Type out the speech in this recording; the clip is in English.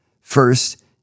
First